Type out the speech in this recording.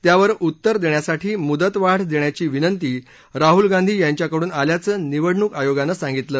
त्यावर उत्तर देण्यासाठी मुदतवाढ देण्याची विनंती राहुल गांधी यांच्याकडून आल्याचं निवडणूक आयोगानं सांगितलं